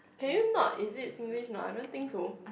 can you not is it Singlish not I don't think so